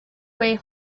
way